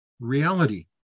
reality